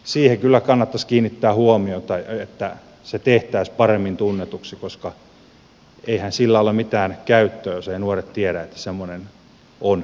siihen kyllä kannattaisi kiinnittää huomiota että se tehtäisiin paremmin tunnetuksi koska eihän sillä ole mitään käyttöä jos eivät nuoret tiedä että semmoinen on käytettävissä